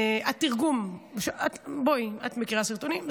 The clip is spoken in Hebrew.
התרגום, בואי, את מכירה סרטונים.